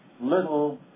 little